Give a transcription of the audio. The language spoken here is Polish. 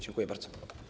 Dziękuję bardzo.